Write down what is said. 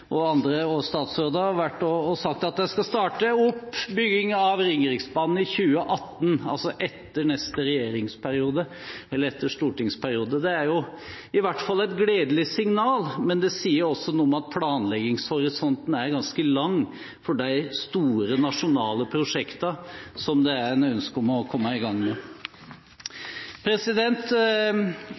og andre, og statsråder har sagt at de skal starte bygging av Ringeriksbanen i 2018 – altså etter neste stortingsperiode. Det er i hvert fall et gledelig signal, men det sier jo også noe om at planleggingshorisonten er ganske lang for de store nasjonale prosjektene som det er et ønske om å komme i gang med.